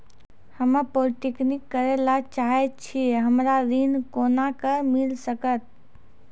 हम्मे पॉलीटेक्निक करे ला चाहे छी हमरा ऋण कोना के मिल सकत?